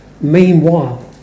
Meanwhile